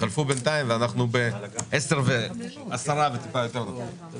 הישיבה ננעלה בשעה 10:07.